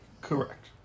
Correct